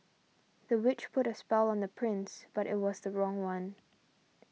the witch put a spell on the prince but it was the wrong one